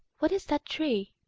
what is that tree?